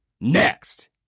Next